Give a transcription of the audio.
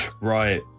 Right